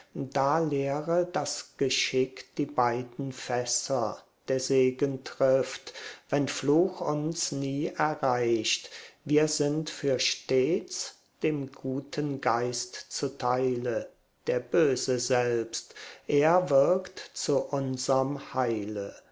da leere das geschick die beiden fässer der segen trifft wenn fluch uns nie erreicht wir sind für stets dem guten geist zuteile der böse selbst er wirkt zu unserm heile